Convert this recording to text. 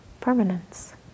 permanence